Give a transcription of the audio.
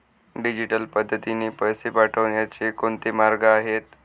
Digital पद्धतीने पैसे पाठवण्याचे कोणते मार्ग आहेत?